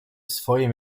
swoje